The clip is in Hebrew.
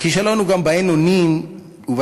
הכישלון הוא גם באין-אונים ובעצימת